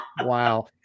Wow